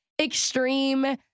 extreme